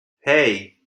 hei